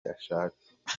ashaka